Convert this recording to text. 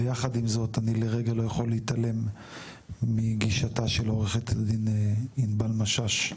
ויחד עם זאת אני לרגע לא יכול להתעלם מגישתה של עורכת הדין ענבל משש,